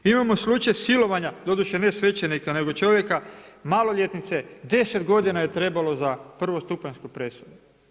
Imamo slučaj silovanja, doduše ne svećenika nego čovjeka maloljetnice deset godina je trebalo za prvostupanjsku presudu.